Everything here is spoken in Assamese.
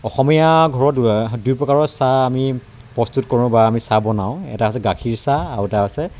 অসমীয়া ঘৰত দুই প্ৰকাৰৰ চাহ আমি প্ৰস্তুত কৰোঁ বা আমি চাহ বনাওঁ এটা হৈছে গাখীৰ চাহ আৰু এটা আছে